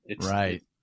Right